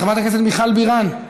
חברת הכנסת מיכל בירן,